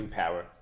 power